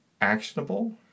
actionable